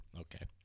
Okay